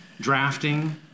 drafting